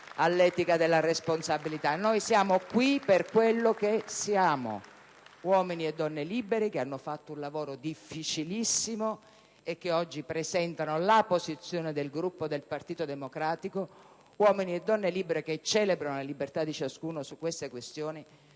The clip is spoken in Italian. Gruppi PD e IdV).* Noi siamo qui per quello che siamo: uomini e donne liberi, che hanno svolto un lavoro difficilissimo e che oggi presentano la posizione del Gruppo del Partito Democratico. Uomini e donne liberi, che celebrano la libertà di ciascuno su questi temi